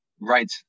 right